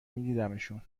میدیدمشون